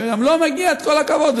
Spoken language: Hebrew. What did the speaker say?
שגם לו מגיע כל הכבוד,